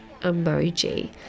emoji